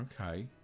Okay